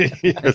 Yes